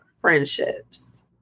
friendships